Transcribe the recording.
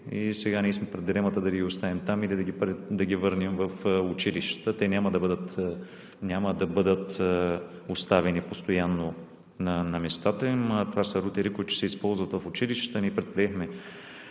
и сега сме пред дилемата да ги оставим там, или да ги върнем в училищата. Те няма да бъдат оставени постоянно на местата им – това са рутери, които ще се използват в училищата.